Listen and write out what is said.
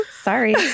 sorry